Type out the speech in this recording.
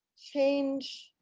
change